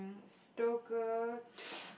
stocker